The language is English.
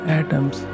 atoms